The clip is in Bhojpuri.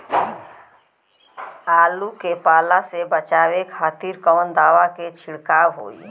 आलू के पाला से बचावे के खातिर कवन दवा के छिड़काव होई?